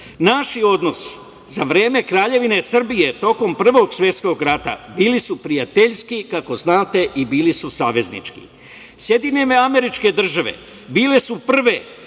odnosi za vreme Kraljevine Srbije tokom Prvog svetskog rata bili su prijateljski, kako znate, i bili su saveznički. SAD bile su prve